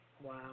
Wow